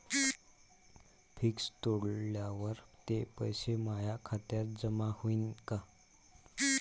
Fix तोडल्यावर ते पैसे माया खात्यात जमा होईनं का?